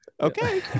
okay